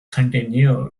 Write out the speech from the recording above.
continued